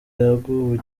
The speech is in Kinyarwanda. yaguwe